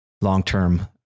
long-term